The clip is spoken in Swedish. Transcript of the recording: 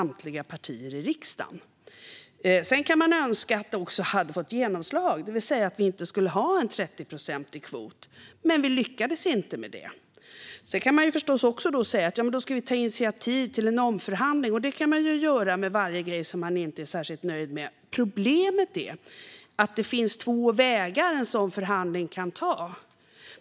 Man kan önska att det också hade fått genomslag, det vill säga att vi inte skulle ha en 30-procentig kvot. Men det lyckades inte. Man kan också säga att vi då ska ta initiativ till en omförhandling. Det skulle man kunna göra med varje grej som man inte är särskilt nöjd med. Problemet är att en sådan förhandling kan ta två vägar.